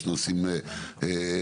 יש נושאים אחרים,